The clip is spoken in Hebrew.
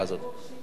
זה חוק שלי.